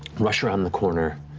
rush around the corner,